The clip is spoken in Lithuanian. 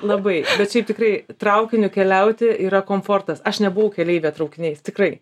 labai bet šiaip tikrai traukiniu keliauti yra komfortas aš nebuvau keleivė traukiniais tikrai